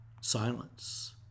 Silence